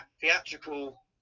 theatrical